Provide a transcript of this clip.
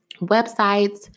websites